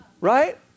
Right